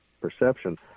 perception